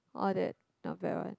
all that not bad one